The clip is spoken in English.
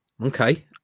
Okay